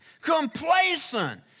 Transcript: complacent